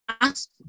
ask